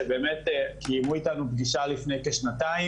שבאמת קיימו איתנו פגישה לפני כשנתיים